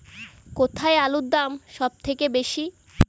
কোথায় আলুর দাম সবথেকে বেশি?